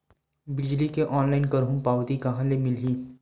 बिजली के ऑनलाइन करहु पावती कहां ले मिलही?